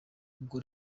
ubwo